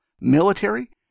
military